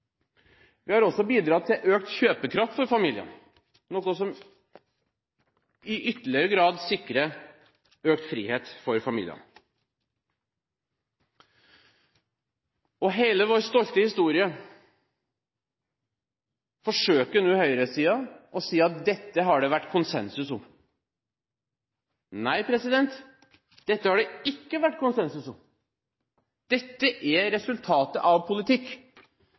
Vi har også bidratt til økt kjøpekraft for familiene, noe som i ytterligere grad sikrer økt frihet for familiene. Til hele vår stolte historie forsøker nå høyresiden å si at dette har det vært konsensus om. Nei, dette har det ikke vært konsensus om. Dette er resultatet av politikk.